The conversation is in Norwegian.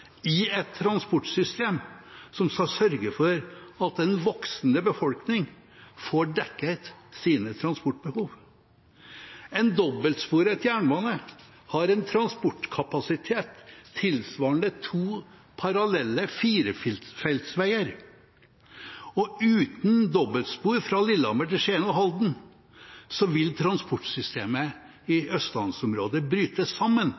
i et transportsystem som skal sørge for at en voksende befolkning får dekket sine transportbehov. En dobbeltsporet jernbane har en transportkapasitet tilsvarende to parallelle firefeltsveier, og uten dobbeltspor fra Lillehammer til Skien og Halden vil transportsystemet i østlandsområdet før eller senere bryte sammen.